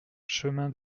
chemin